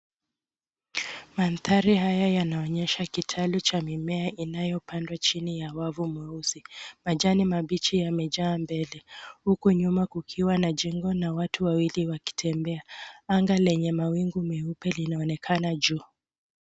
Mandhari haya yanaonyesha kitalu cha mimea inayopandwa chini ya wavu mweusi. Majani mabichi yamejaa mbele huku nyuma kukiwa na jengo na watu wawili wakitembea. Anga lenye mawingu meupe linaonekana juu.